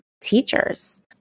teachers